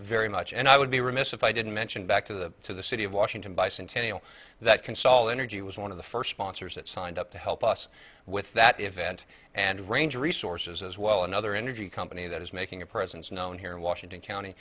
very much and i would be remiss if i didn't mention back to the to the city of washington bicentennial that consultant or g was one of the first sponsors that signed up to help us with that event and range resources as well another energy company that is making a presence known here in washington county